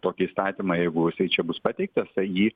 tokį įstatymą jeigu jisai čia bus pateiktas jį